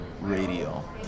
radio